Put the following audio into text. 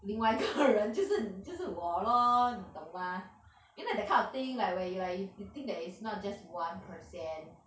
另外一个人 就是你就是我 lor 你懂嘛 you know that kind of thing like where you like where you like you think that is not just one person